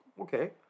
Okay